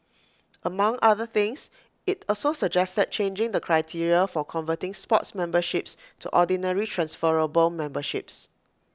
among other things IT also suggested changing the criteria for converting sports memberships to ordinary transferable memberships